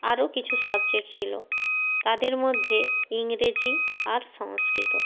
আরও কিছু সাবজেক্ট ছিলো তাদের মধ্যে ইংরেজি আর সংস্কৃত